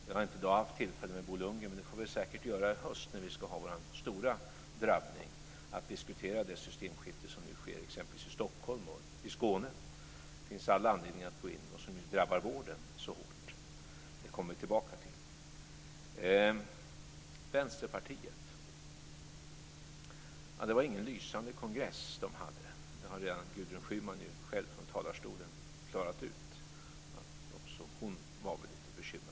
Jag har inte haft tillfälle till denna diskussion med Bo Lundgren om systemskifte i t.ex. Stockholm och Skåne som drabbar vården hårt, men vi får det säkert i höst i samband med vår stora drabbning. Vi kommer tillbaka till frågan. Vänsterpartiet höll inte någon lysande kongress. Det har Gudrun Schyman själv klarat ut från talarstolen. Även hon var lite bekymrad över detta.